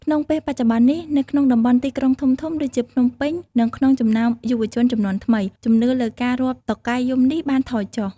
ក្នុងពេលបច្ចុប្បន្ននេះ នៅក្នុងតំបន់ទីក្រុងធំៗដូចជាភ្នំពេញ និងក្នុងចំណោមយុវជនជំនាន់ថ្មី ជំនឿលើការរាប់តុកែយំនេះបានថយចុះ។